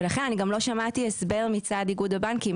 אני גם לא שמעתי הסבר מצד איגוד הבנקים,